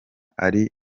ari